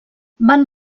van